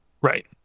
Right